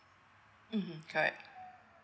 mmhmm correct